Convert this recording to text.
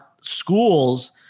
schools